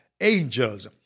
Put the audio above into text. angels